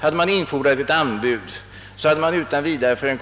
Hade man infordrat ett anbud, hade man utan vidare för